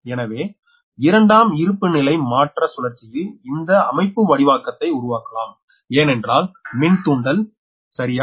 எனவே இரண்டாம் இருப்பிநிலை மாற்ற சுழற்சியில் இந்த அமைப்புவடிவாக்கத்தை உருவாக்கலாம் எனறால் மின் தூண்டல் சரியா